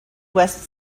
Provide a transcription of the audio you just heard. west